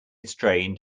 strained